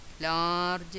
large